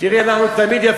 תראי, אנחנו תמיד,